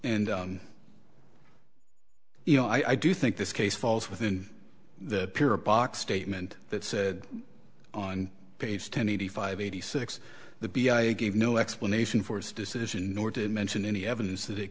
and you know i do think this case falls within the pira box statement that said on page ten eighty five eighty six the b i gave no explanation for his decision nor to mention any evidence that